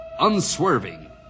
unswerving